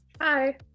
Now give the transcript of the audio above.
Hi